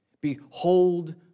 Behold